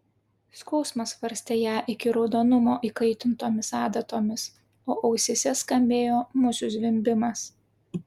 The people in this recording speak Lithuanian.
skausmas varstė ją iki raudonumo įkaitintomis adatomis o ausyse skambėjo musių zvimbimas